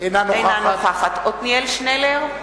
אינה נוכחת עתניאל שנלר,